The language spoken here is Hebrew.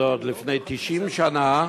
אלא עוד לפני 90 שנה.